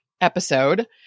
episode